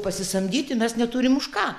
pasisamdyti mes neturim už ką